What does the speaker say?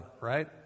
right